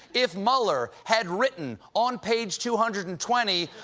if mueller had written on page two hundred and twenty,